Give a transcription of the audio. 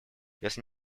если